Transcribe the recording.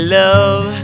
love